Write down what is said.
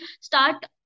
start